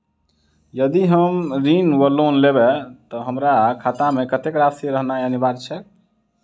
यदि हम ऋण वा लोन लेबै तऽ हमरा खाता मे कत्तेक राशि रहनैय अनिवार्य छैक?